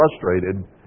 frustrated